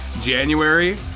January